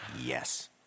Yes